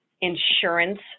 insurance